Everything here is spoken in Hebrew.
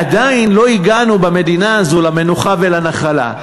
עדיין לא הגענו במדינה הזאת למנוחה ולנחלה,